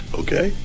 okay